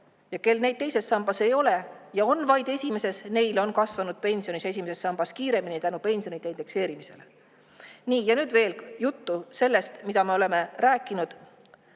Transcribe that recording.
Kel neid teises sambas ei ole ja on vaid esimeses, neil on kasvanud pension esimeses sambas kiiremini tänu pensionide indekseerimisele. Ja nüüd teen veel juttu sellest, mida me oleme rääkinud